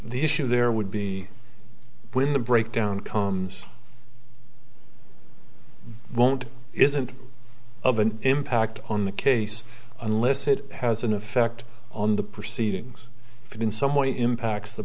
the issue there would be when the breakdown comes won't isn't of an impact on the case unless it has an effect on the proceedings and in some way impacts the